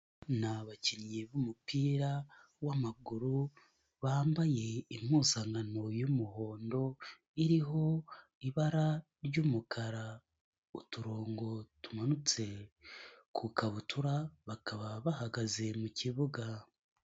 Ni abakinnyi b'umupira w'amaguru bambaye impuzankano y'umuhondo iriho ibara ry'umukara, uturongo tumanutse ku ikabutura, bakaba bahagaze mu kibuga.